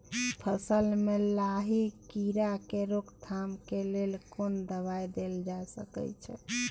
फसल में लाही कीरा के रोकथाम के लेल कोन दवाई देल जा सके छै?